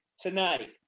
tonight